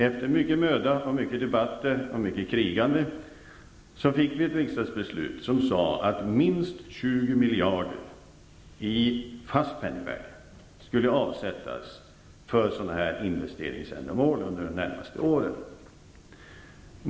Efter mycken möda, många debatter och mycket krigande fick vi ett riksdagsbeslut som sade att minst 20 miljarder i fast penningvärde skall avsättas för sådana investeringsändamål under de närmaste åren.